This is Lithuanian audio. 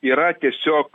yra tiesiog